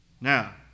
Now